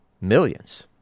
millions